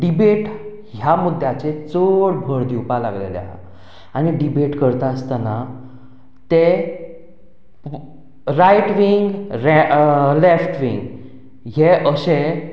debate ह्या मुद्याचेर चड भर दिवपाक लागिल्ली आसा आनी डिबेट करता आसतना ते रायट वेन लेफ्ट वेन हे अशे